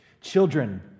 Children